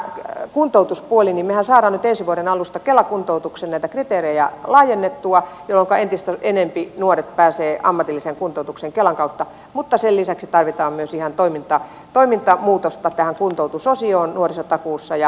mehän saamme nyt ensi vuoden alusta kela kuntoutuksen näitä kriteerejä laajennettua jolloinka entistä enempi nuoret pääsevät ammatilliseen kuntoutukseen kelan kautta mutta sen lisäksi tarvitaan myös ihan toimintamuutosta tähän kuntoutusosioon nuorisotakuussa